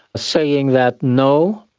saying that no,